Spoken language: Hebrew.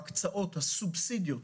ההקצאות, הסובסידיות,